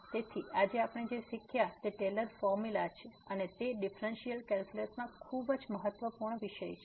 તેથી આજે આપણે જે શીખ્યા છે તે ટેલર ફોર્મ્યુલાTaylor's formula છે અને તે ડીફ્રેન્સીઅલ કેલ્ક્યુલસમાં ખૂબજ મહત્વપૂર્ણ વિષય છે